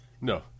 no